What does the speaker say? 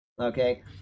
okay